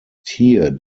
tier